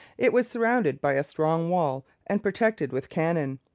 it was surrounded by a strong wall and protected with cannon.